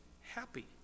happy